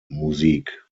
musik